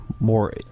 more